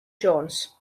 jones